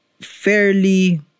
fairly